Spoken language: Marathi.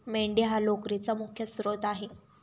मेंढी हा लोकरीचा मुख्य स्त्रोत आहे